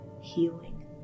healing